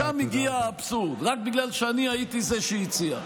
לשם הגיע האבסורד, רק בגלל שאני הייתי זה שהציע.